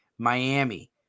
Miami